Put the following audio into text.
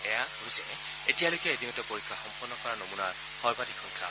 এয়া হৈছে এতিয়ালৈকে এদিনতে পৰীক্ষা সম্পন্ন কৰা নমুনাৰ সৰ্বাধিক সংখ্যা